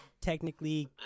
technically